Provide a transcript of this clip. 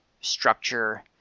structure